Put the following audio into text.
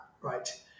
right